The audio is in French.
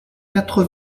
quatre